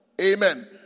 Amen